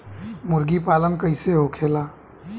मुर्गी पालन कैसे होखेला?